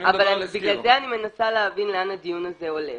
אני מדבר על --- בגלל זה אני מנסה להבין לאן הדיון הזה הולך.